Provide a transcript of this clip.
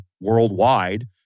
worldwide